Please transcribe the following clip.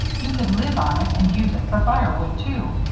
you could live on it and use it for firewood, too,